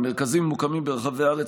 המרכזים מוקמים ברחבי הארץ,